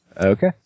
Okay